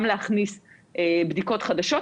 גם להכניס בדיקות חדשות,